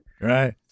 right